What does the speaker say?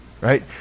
Right